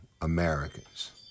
Americans